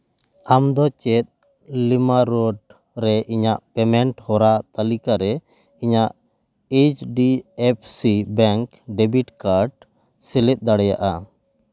ᱟᱢᱫᱚ ᱪᱮᱫ ᱤᱢᱟᱞᱳᱨᱰ ᱨᱮ ᱤᱧᱟᱹᱜ ᱯᱮᱢᱮᱱᱴ ᱦᱚᱨᱟ ᱛᱟᱹᱞᱤᱠᱟ ᱨᱮ ᱤᱧᱟᱹᱜ H D F C bank debit card ᱥᱮᱞᱮᱫ ᱫᱟᱲᱮᱭᱟᱜᱼᱟ